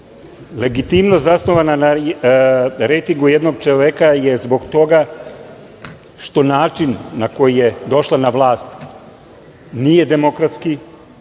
zasnovana na rejtingu jednog čoveka je zbog toga što način na koji je došla na vlast nije demokratski,